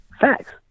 Facts